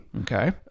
Okay